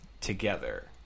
together